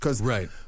Right